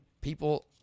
People